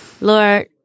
Lord